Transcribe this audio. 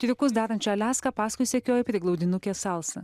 triukus darančią aliaską paskui sekioja priglaudinukė salsa